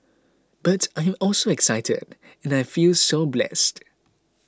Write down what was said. but I am also excited and I feel so blessed